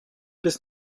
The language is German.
bis